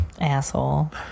Asshole